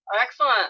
Excellent